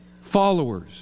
followers